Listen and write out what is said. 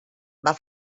van